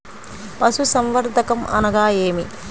పశుసంవర్ధకం అనగా ఏమి?